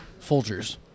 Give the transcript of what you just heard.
Folgers